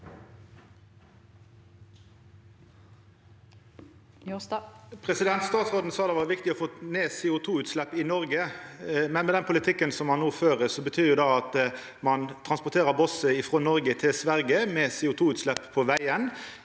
Statsråden sa at det var viktig å få ned CO2-utsleppa i Noreg, men med den politikken ein no fører, betyr det at ein transporterer bosset frå Noreg til Sverige med CO2-utslepp på vegen.